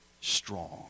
strong